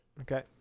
Okay